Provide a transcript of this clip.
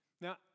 Now